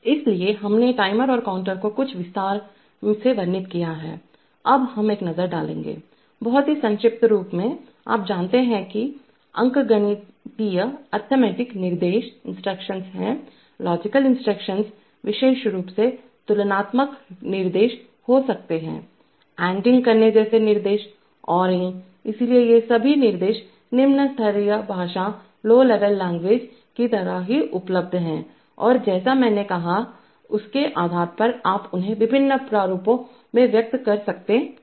इसलिए हमने टाइमर और काउंटर को कुछ विस्तार से वर्णित किया है अब हम एक नज़र डालेंगे बहुत ही संक्षिप्त रूप में आप जानते हैं कि अंकगणितीयअर्थमैटिक निर्देश इंस्ट्रक्शंसहैं लॉजिकल इंस्ट्रक्शंस विशेष रूप से तुलनात्मक निर्देश हो सकते हैंएंडिंग करने जैसे निर्देशओरिंग इसलिए ये सभी निर्देश निम्न स्तरीय भाषा लो लेवल लैंग्वेज की तरह ही उपलब्ध हैं और जैसा मैंने कहा उसके आधार पर आप उन्हें विभिन्न प्रारूपों में व्यक्त कर सकते हैं